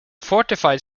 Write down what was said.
fortified